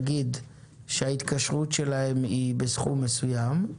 נגיד שההתקשרות שלהם בסכום מסוים,